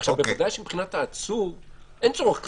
בוודאי שמבחינת העצור אין צורך כזה.